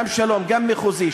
גם שלום גם מחוזי,